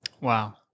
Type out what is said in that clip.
Wow